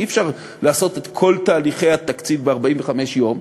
אי-אפשר לעשות את כל תהליכי התקציב ב-45 יום,